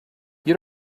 you